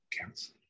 counts